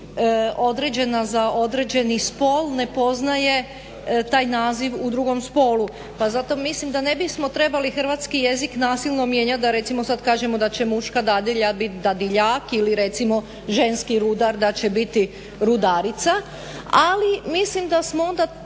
određena za određeni spol ne poznaje taj naziv u drugom spolu pa zato mislim da ne bismo trebali hrvatski jezik nasilno mijenjati da recimo sada kažemo da će muška dadilja biti dadiljak ili recimo ženski rudar da će biti rudarica, ali mislim da je trebalo